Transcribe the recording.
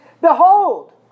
Behold